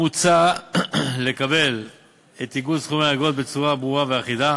מוצע לקבוע את עיגול סכומי האגרות בצורה ברורה ואחידה.